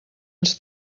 ens